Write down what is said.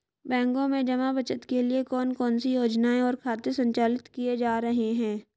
बैंकों में जमा बचत के लिए कौन कौन सी योजनाएं और खाते संचालित किए जा रहे हैं?